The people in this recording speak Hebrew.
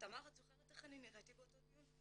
תמר את זוכרת איך אני נראיתי באותו דיון?